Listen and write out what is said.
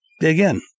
again